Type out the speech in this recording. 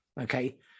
Okay